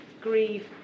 Grieve